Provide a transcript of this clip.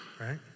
right